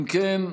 אם כן,